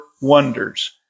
wonders